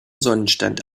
sonnenstand